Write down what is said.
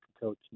coach